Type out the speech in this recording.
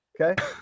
Okay